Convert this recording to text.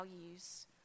values